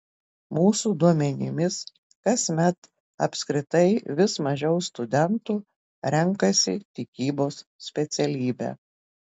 mūsų duomenimis kasmet apskritai vis mažiau studentų renkasi tikybos specialybę